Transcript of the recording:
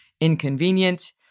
inconvenient